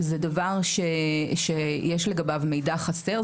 זה דבר שיש לגביו מידע חסר.